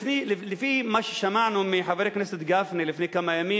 לפי מה ששמענו מחבר הכנסת גפני לפני כמה ימים,